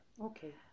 Okay